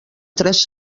tres